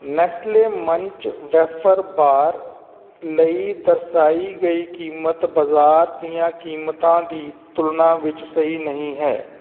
Nestle Munch wafer bar ਲਈ ਦਰਸਾਈ ਗਈ ਕੀਮਤ ਬਾਜ਼ਾਰ ਦੀਆਂ ਕੀਮਤਾਂ ਦੀ ਤੁਲਨਾ ਵਿੱਚ ਸਹੀ ਨਹੀਂ ਹੈ